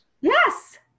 Yes